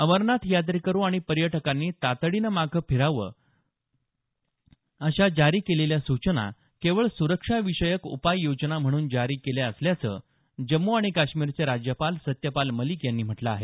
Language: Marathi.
अमरनाथ यात्रेकरु आणि पर्यटकांनी तातडीनं माघारी फिरावं अशा जारी केलेल्या सूचना केवळ सुरक्षाविषयक उपाययोजना म्हणून जारी केल्या असल्याचं जम्मू आणि काश्मीरचे राज्यपाल सत्यपाल मलिक यांनी म्हटलं आहे